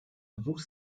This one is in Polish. dwóch